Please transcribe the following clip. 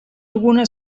alguna